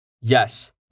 yes